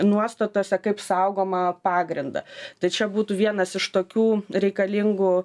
nuostatose kaip saugomą pagrindą tai čia būtų vienas iš tokių reikalingų